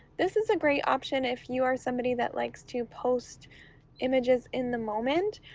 this is a great option if you are somebody that likes to post images in the moment,